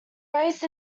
raised